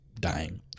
dying